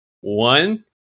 one